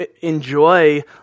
enjoy